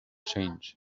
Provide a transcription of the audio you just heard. change